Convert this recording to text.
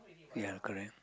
ya correct